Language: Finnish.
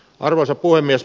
arvoisa puhemies